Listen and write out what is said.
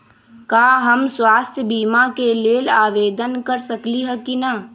का हम स्वास्थ्य बीमा के लेल आवेदन कर सकली ह की न?